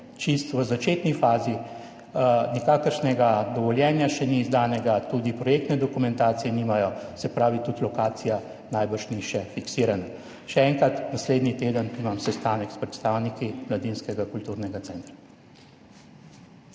čisto začetni fazi, nikakršnega dovoljenja še ni izdanega, tudi projektne dokumentacije nimajo, se pravi, tudi lokacija najbrž še ni fiksirana. Še enkrat, naslednji teden imam sestanek s predstavniki mladinskega kulturnega centra.